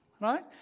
Right